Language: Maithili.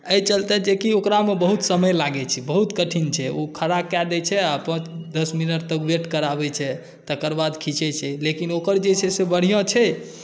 एहि चलते जे कि ओकरामे बहुत समय लागै छै बहुत कठिन छै ओ खड़ा कऽ दै छै अपन दस मिनट तक वेट कराबै छै तकर बाद खिचै छै लेकिन ओकर जे छै से बढ़िआँ छै